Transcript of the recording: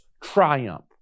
triumph